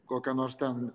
kokią nors ten